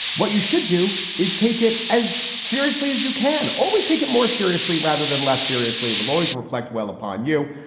what you should do is take it as seriously as you can. always take it more seriously rather than less seriously. it will always reflect well upon you.